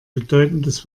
bedeutendes